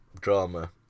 drama